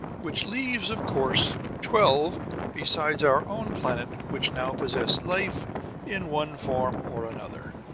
which leaves, of course, twelve besides our own planet which now possess life in one form or another.